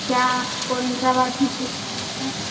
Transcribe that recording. क्या आपको इंदिरा आवास